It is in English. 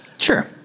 Sure